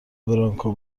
برانکو